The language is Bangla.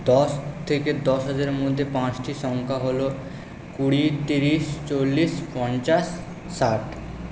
দশ থেকে দশ হাজারের মধ্যে পাঁচটি সংখ্যা হলো কুড়ি তিরিশ চল্লিশ পঞ্চাশ ষাট